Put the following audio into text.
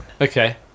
Okay